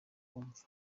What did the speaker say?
kumva